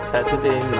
Saturday